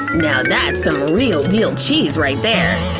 now that's some real deal cheese right there.